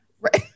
Right